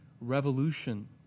revolution